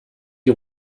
die